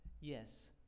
Yes